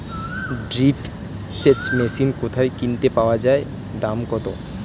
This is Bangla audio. ড্রিপ সেচ মেশিন কোথায় কিনতে পাওয়া যায় দাম কত?